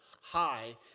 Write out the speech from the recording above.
high